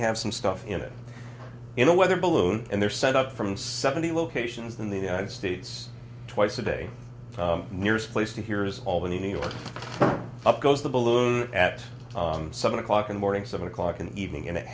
have some stuff in it in a weather balloon and they're set up from seventy locations in the united states twice a day nearest place to here is albany new york up goes the balloon at seven o'clock in morning seven o'clock in the evening and it